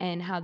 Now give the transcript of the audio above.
and how